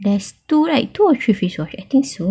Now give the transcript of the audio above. there's two right two or three face wash I think so